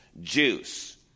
juice